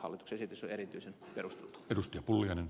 hallituksen esitys on erityisen perusteltu